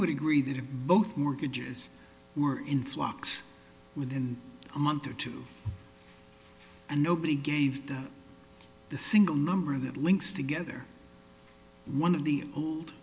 would agree that if both mortgages were in flux within a month or two and nobody gave them the single number that links together one of the